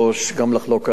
גם לחלוק עליך,